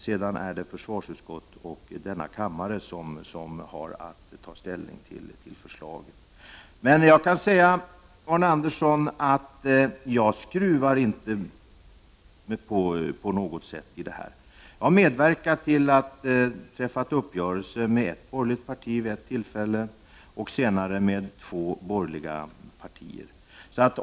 Sedan är det försvarsutskottet och denna kammare som har att ta ställning till förslaget. Jag kan ändå säga till Arne Andersson att jag inte på något sätt skruvar på mig. Jag har medverkat till att träffa uppgörelser med ett borgerligt parti vid ett tillfälle och senare även med två borgerliga partier.